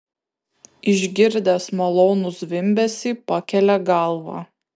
išgirdęs malonų zvimbesį pakelia galvą